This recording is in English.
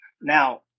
now